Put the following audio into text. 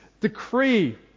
decree